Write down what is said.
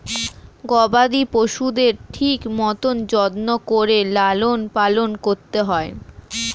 গবাদি পশুদের ঠিক মতন যত্ন করে লালন পালন করতে হয়